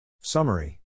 Summary